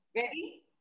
Ready